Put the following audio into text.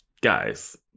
guys